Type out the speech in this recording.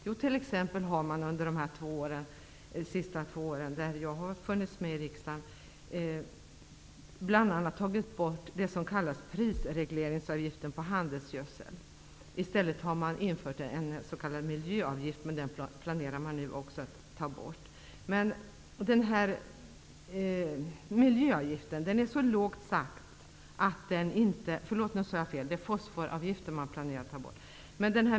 Jo, man har exempelvis under de två gångna åren, som jag har funnits här i riksdagen, bl.a. tagit bort det som kallas prisregleringsavgiften på handelsgödsel. I stället har en s.k. fosforavgift införts, men denna planerar man nu också att ta bort.